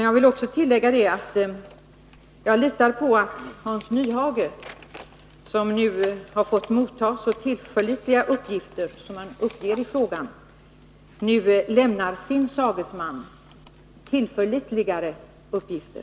Jag vill också tillägga att jag litar på att Hans Nyhage, som nu har fått motta så tillförlitliga uppgifter som har lämnats i frågan, i sin tur också skall lämna sin sagesman dessa tillförlitliga uppgifter.